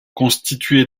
constitué